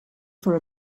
for